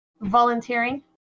Volunteering